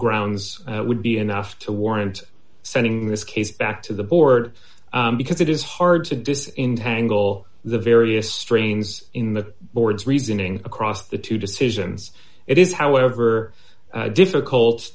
grounds would be enough to warrant sending this case back to the board because it is hard to dissin handle the various strains in the board's reasoning across the two decisions it is however difficult